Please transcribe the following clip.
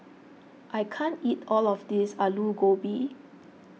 I can't eat all of this Aloo Gobi